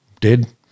dead